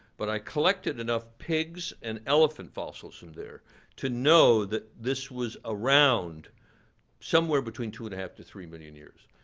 but i collected enough pigs and elephant fossils from there to know that this was around somewhere between two and a half to three million years.